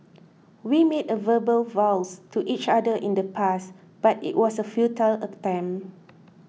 we made a verbal vows to each other in the past but it was a futile attempt